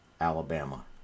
alabama